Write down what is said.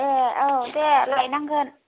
ए औ दे लायनांगोन